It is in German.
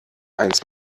eins